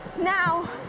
now